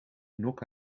knock